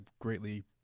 greatly